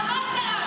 החמאס הרג אותם.